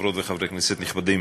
חברות וחברי כנסת נכבדים,